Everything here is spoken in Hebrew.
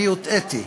אני הוטעיתי.